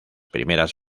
primeras